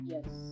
Yes